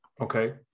Okay